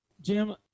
Jim